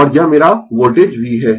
और यह मेरा वोल्टेज V है